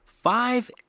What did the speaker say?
Five